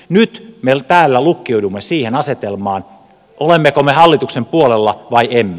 nyt me täällä lukkiudumme siihen asetelmaan olemmeko me hallituksen puolella vai emme